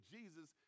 Jesus